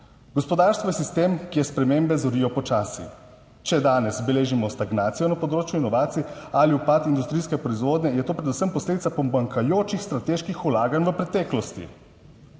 Gospodarstvo je sistem, kjer spremembe zorijo počasi. Če danes beležimo stagnacijo na področju inovacij ali upad industrijske proizvodnje, je to predvsem posledica pomanjkajočih strateških vlaganj v preteklosti.